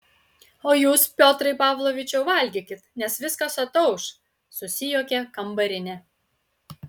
o jūs piotrai pavlovičiau valgykit nes viskas atauš susijuokė kambarinė